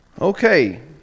Okay